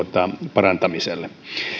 parantamiselle